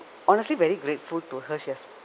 honestly very grateful to her she has